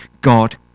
God